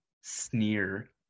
sneer